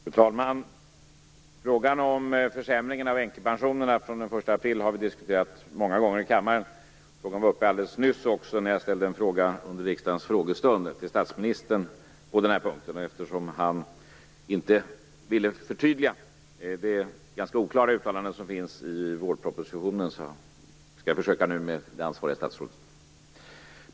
Fru talman! Frågan om försämringen av änkepensionerna från den 1 april har vi diskuterat många gånger i kammaren. Jag ställde nyss också en fråga till statsministern under riksdagens frågestund. Eftersom han inte ville förtydliga det ganska oklara uttalande som finns i vårpropositionen, skall jag nu försöka med det ansvariga statsrådet.